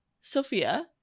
Sophia